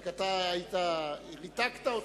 רק אתה ניתקת אותו.